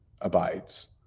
abides